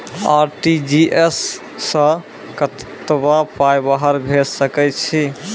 RTGS सअ कतबा पाय बाहर भेज सकैत छी?